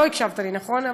לא הקשבת לי, נכון?